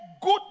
good